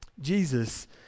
Jesus